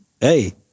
hey